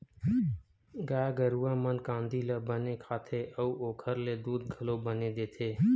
गाय गरूवा मन कांदी ल बने खाथे अउ ओखर ले दूद घलो बने देथे